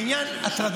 אדוני.